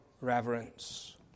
reverence